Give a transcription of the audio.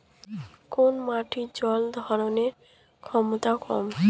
কোন মাটির জল ধারণ ক্ষমতা কম?